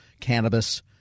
cannabis